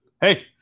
Hey